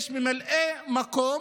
יש ממלאי מקום,